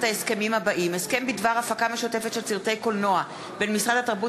ההסכמים האלה: הסכם בדבר הפקה משותפת של סרטי קולנוע בין משרד התרבות